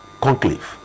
conclave